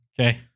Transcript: Okay